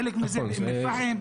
חלק מזה באום אל-פחם,